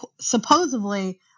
supposedly